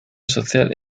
social